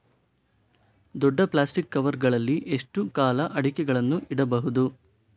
ದೊಡ್ಡ plastic cover ಗಳಲ್ಲಿ ಎಷ್ಟು ಕಾಲ ಅಡಿಕೆಗಳನ್ನು ಇಡಬಹುದು?